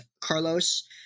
Carlos